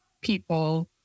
people